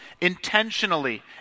intentionally